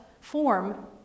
form